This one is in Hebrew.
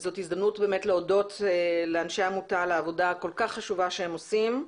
וזו הזדמנות להודות לאנשי העמותה על העבודה הכל כך חשובה שהם עושים.